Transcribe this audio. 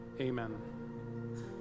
Amen